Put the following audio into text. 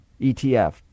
ETF